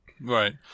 Right